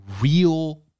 real